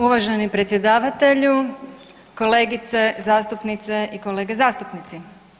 Uvaženi predsjedavatelju, kolegice zastupnice i kolege zastupnici.